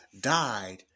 died